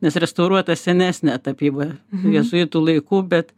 nes restauruota senesnė tapyba jėzuitų laiku bet